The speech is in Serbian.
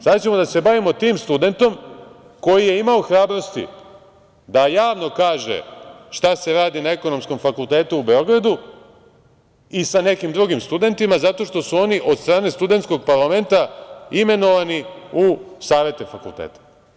Sada ćemo da se bavimo tim studentom koji je imao hrabrosti da javno kaže šta se radi na Ekonomskom fakultetu u Beogradu i sa nekim drugim studentima zato što su oni od strane studentskog parlamenta imenovani u savete fakulteta.